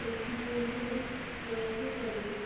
ଟେକ୍ନୋଲୋଜିର ପ୍ରୟୋଗ କରିବେ